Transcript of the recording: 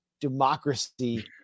democracy